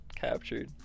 captured